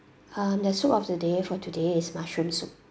um the soup of the day for today is mushroom soup